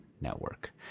network